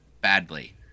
badly